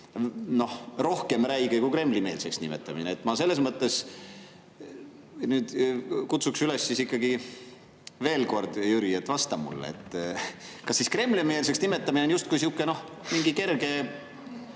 rohkem räige kui Kremli-meelseks nimetamine. Ma selles mõttes kutsun sind, Jüri, ikkagi veel kord üles, et vasta mulle. Kas siis Kremli-meelseks nimetamine on justkui sihuke mingi kerge